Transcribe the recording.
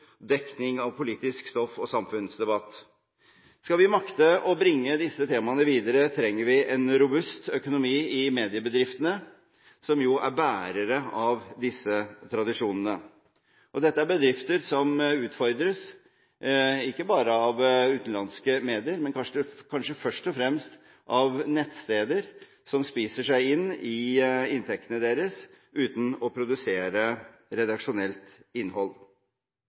dekning av politisk stoff og samfunnsdebatt. Skal vi makte å bringe disse temaene videre, trenger vi en robust økonomi i mediebedriftene, som er bærere av disse tradisjonene. Dette er bedrifter som utfordres ikke bare av utenlandske medier, men kanskje først og fremst av nettsteder som spiser seg inn i inntektene deres uten å produsere redaksjonelt innhold.